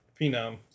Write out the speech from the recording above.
phenom